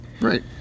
Right